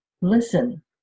listen